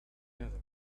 ever